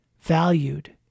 valued